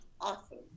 Awesome